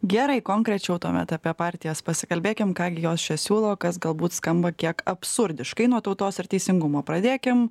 gerai konkrečiau tuomet apie partijas pasikalbėkim ką gi jos čia siūlo kas galbūt skamba kiek absurdiškai nuo tautos ir teisingumo pradėkim